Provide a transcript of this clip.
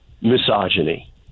misogyny